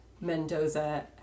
Mendoza